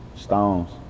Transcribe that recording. Stones